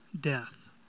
death